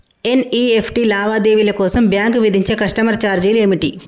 NEFT లావాదేవీల కోసం bank విధించే కస్టమర్ ఛార్జీలు ఏమిటి?